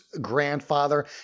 grandfather